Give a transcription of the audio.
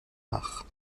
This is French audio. mares